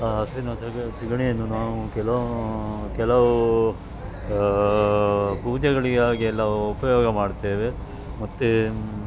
ಹಸುವಿನ ಸಗಣಿ ಸಗಣಿಯನ್ನು ನಾವು ಕೆಲವು ಕೆಲವು ಪೂಜೆಗಳಿಗಾಗಿ ಎಲ್ಲ ಉಪಯೋಗ ಮಾಡ್ತೇವೆ ಮತ್ತು